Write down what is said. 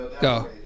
go